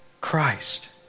Christ